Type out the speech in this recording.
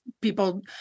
people